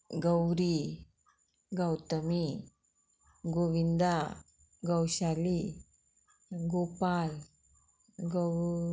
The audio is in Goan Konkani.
गौरी गौतमी गोविंदा गौशाली गोपाल गौ